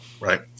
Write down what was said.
right